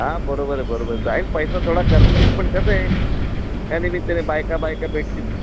हां बरोबर आहे बरोबर जाईल पैसा थोडा खर्च येईल पण कसं आहे त्यानिमित्ताने बायका बायका भेटतील